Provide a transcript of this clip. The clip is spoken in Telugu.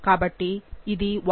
కాబట్టి ఇది 1